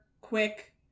quick